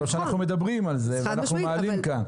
טוב שאנחנו מדברים על זה ואנחנו מעלים כאן.